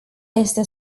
este